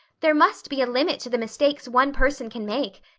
there must be a limit to the mistakes one person can make,